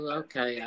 okay